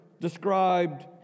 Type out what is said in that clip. described